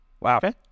Wow